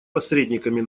посредниками